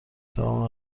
تموم